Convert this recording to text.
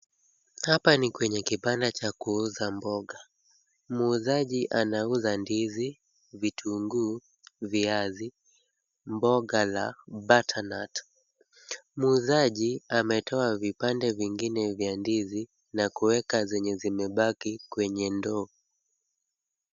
Hapa ni kwenye kibanda cha kuuza mboga. Muuzaji anauza ndizi, vitunguu, viazi, mboga na butternut . Muuzaji ametoa vipande vingine vya ndizi, na kueka zenye zimebaki kwenye ndoo.